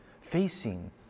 facing